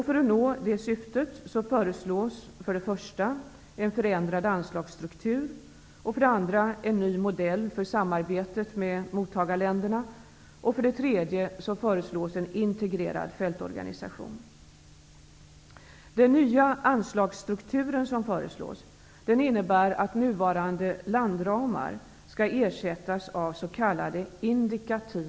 För att nå detta syfte föreslås för det första en förändrad anslagsstruktur, för det andra en ny modell för samarbetet med mottagarländerna och för det tredje en integrerad fältorganisation. Den nya föreslagna anslagsstrukturen innebär att nuvarande landramar skall ersättas av s.k.